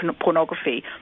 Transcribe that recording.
pornography